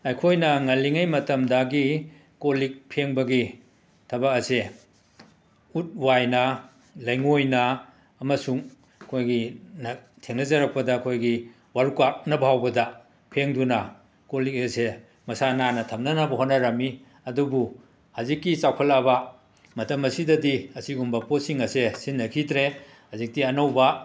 ꯑꯩꯈꯣꯏꯅ ꯉꯜꯂꯤꯉꯩ ꯃꯇꯝꯗꯒꯤ ꯀꯣꯜ ꯂꯤꯛ ꯐꯦꯡꯕꯒꯤ ꯊꯕꯛ ꯑꯁꯦ ꯎꯠ ꯋꯥꯏꯅ ꯂꯩꯉꯣꯏꯅ ꯑꯃꯁꯨꯡ ꯑꯩꯈꯣꯏꯒꯤ ꯅ ꯊꯦꯡꯅꯖꯔꯛꯄꯗ ꯑꯩꯈꯣꯏꯒꯤ ꯋꯥꯔꯨꯀꯥꯛꯅ ꯐꯥꯎꯕꯗ ꯐꯦꯡꯗꯨꯅ ꯀꯣ ꯂꯤꯛ ꯑꯁꯦ ꯃꯁꯥ ꯅꯥꯟꯅ ꯊꯝꯅꯅꯕ ꯍꯣꯠꯅꯔꯝꯃꯤ ꯑꯗꯨꯕꯨ ꯍꯧꯖꯤꯛꯀꯤ ꯆꯥꯎꯈꯂꯛꯂꯕ ꯃꯇꯝ ꯑꯁꯤꯗꯗꯤ ꯑꯁꯤꯒꯨꯝꯕ ꯄꯣꯠꯁꯤꯡ ꯑꯁꯦ ꯁꯤꯖꯤꯟꯅꯈꯤꯗ꯭ꯔꯦ ꯍꯧꯖꯤꯛꯇꯤ ꯑꯅꯧꯕ